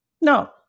No